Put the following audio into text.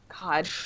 God